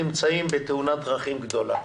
נמצאים בתאונת דרכים גדולה.